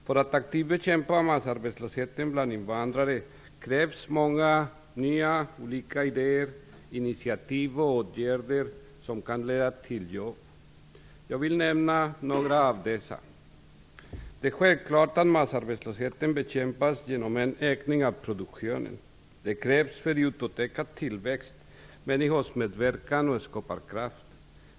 För att aktivt bekämpa massarbetslösheten bland invandrare krävs många olika nya idéer, initiativ och åtgärder som kan leda till jobb. Jag vill nämna några av dessa. Det är självklart att massarbetslösheten bekämpas genom en ökning av produktionen. Det kräver förutom ökad tillväxt människors medverkan och skaparkraft.